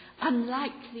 unlikely